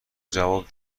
جواب